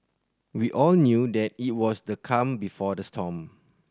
we all knew that it was the calm before the storm